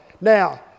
Now